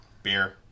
Beer